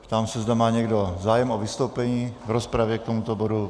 Ptám se, zda má někdo zájem o vystoupení v rozpravě k tomuto bodu.